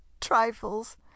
trifles